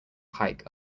hike